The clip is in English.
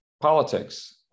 politics